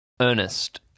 Ernest